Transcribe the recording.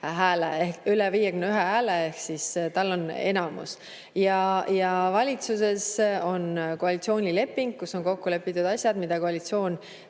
hääle, üle 51 hääle, ehk siis tal on enamus. Valitsuses on koalitsioonileping, kus on kokku lepitud asjad, mida koalitsioon